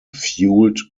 fuelled